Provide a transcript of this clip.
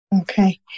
Okay